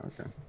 okay